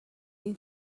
این